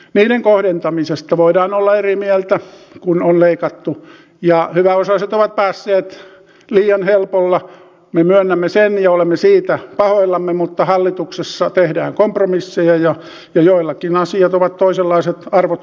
niiden kohdentamisesta voidaan olla eri mieltä kun on leikattu ja hyväosaiset ovat päässeet liian helpolla me myönnämme sen ja olemme siitä pahoillamme mutta hallituksessa tehdään kompromisseja ja joillakin arvot ovat toisenlaiset arvot